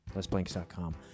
LesBlanks.com